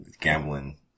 gambling